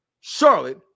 Charlotte